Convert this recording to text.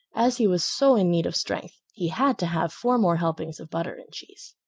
as he was so in need of strength, he had to have four more helpings of butter and cheese.